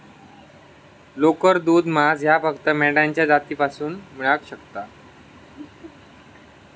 लोकर, दूध, मांस ह्या फक्त मेंढ्यांच्या जातीपासना मेळाक शकता